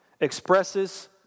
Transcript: expresses